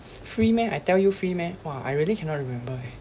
free meh I tell you free meh !wah! I really cannot remember eh